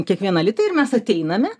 kiekvieną litą ir mes ateiname